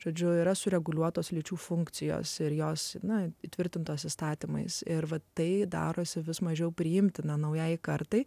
žodžiu yra sureguliuotos lyčių funkcijos ir jos na įtvirtintos įstatymais ir tai darosi vis mažiau priimtina naujajai kartai